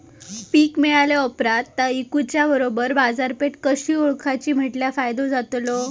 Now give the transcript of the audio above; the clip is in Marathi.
पीक मिळाल्या ऑप्रात ता इकुच्या बरोबर बाजारपेठ कशी ओळखाची म्हटल्या फायदो जातलो?